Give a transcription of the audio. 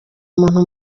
muntu